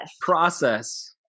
Process